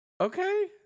Okay